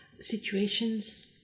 situations